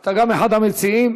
אתה גם אחד המציעים.